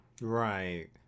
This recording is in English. Right